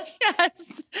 Yes